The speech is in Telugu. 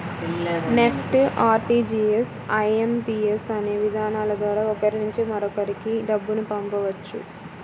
నెఫ్ట్, ఆర్టీజీయస్, ఐ.ఎం.పి.యస్ అనే విధానాల ద్వారా ఒకరి నుంచి మరొకరికి డబ్బును పంపవచ్చు